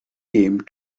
came